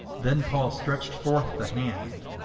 then paul stretched forth the hand,